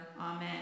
Amen